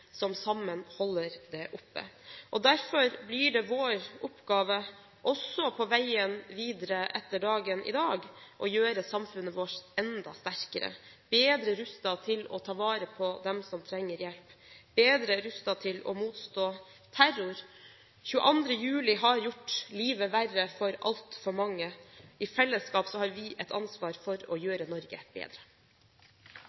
som sammen holder det oppe. Derfor blir det vår oppgave også på veien videre etter dagen i dag å gjøre samfunnet vårt enda sterkere – bedre rustet til å ta vare på dem som trenger hjelp, bedre rustet til å motstå terror. Den 22. juli har gjort livet verre for altfor mange. I fellesskap har vi et ansvar for å